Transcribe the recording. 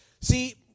See